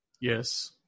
Yes